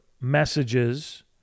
messages